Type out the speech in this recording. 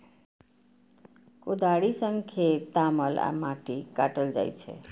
कोदाड़ि सं खेत तामल आ माटि काटल जाइ छै